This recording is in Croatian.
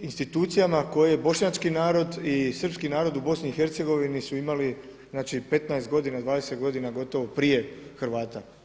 institucijama koje bošnjački narod i srpski narod u Bosni i Hercegovini su imali znači 15 godina, 20 godina gotovo prije Hrvata.